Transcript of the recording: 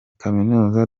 kaminuza